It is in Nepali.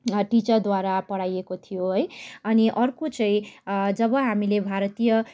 टिचरद्वारा पढाइएको थियो है अनि अर्को चाहिँ जब हामीले भारतीय